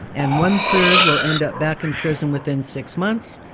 and one-third will end up back in prison within six months,